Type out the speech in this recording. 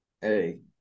hey